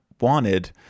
wanted